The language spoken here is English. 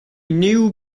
new